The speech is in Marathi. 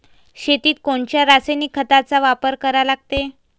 शेतीत कोनच्या रासायनिक खताचा वापर करा लागते?